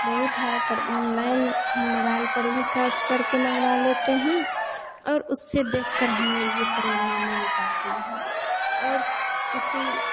बहुत है पर ऑनलाइन हम मोबाइल पर भी सर्च करके मँगवा लेते हैं और उससे देख कर हमें यह प्रेरणा मिल पाती है और किसी